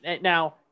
Now